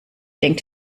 denkt